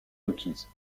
requise